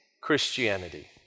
Christianity